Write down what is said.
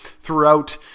throughout